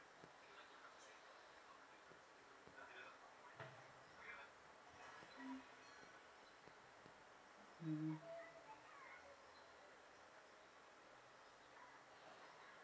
mm